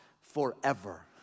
forever